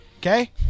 Okay